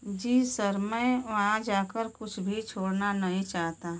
जी sir मैं वहाँ जाकर कुछ भी छोड़ना नहीं चाहता